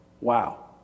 Wow